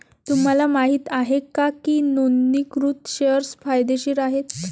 तुम्हाला माहित आहे का की नोंदणीकृत शेअर्स फायदेशीर आहेत?